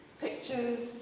pictures